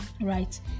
Right